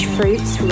Fruits